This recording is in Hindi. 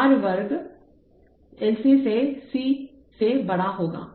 आर वर्ग 4 Lसे C से बड़ा होगा